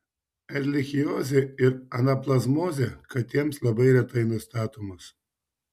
erlichiozė ir anaplazmozė katėms labai retai nustatomos